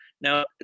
Now